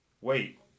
wait